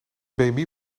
bmi